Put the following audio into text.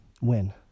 win